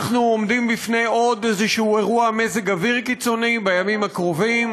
אנחנו עומדים בפני עוד איזה אירוע של מזג אוויר קיצוני בימים הקרובים,